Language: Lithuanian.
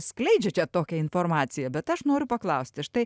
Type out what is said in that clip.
skleidžiat čia tokią informaciją bet aš noriu paklausti štai